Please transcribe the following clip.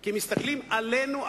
כי מסתכלים עלינו,